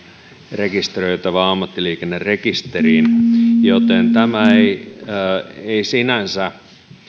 rekisteröitävä ammattiliikennerekisteriin joten tämä ei ei sinänsä